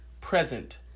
present